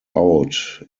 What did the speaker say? out